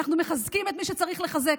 אנחנו מחזקים את מי שצריך לחזק.